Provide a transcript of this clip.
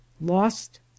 lost